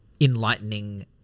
enlightening